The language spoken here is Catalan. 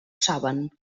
saben